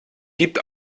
gibt